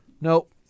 Nope